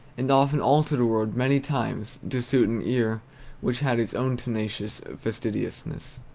and often altered a word many times to suit an ear which had its own tenacious fastidiousness.